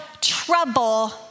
trouble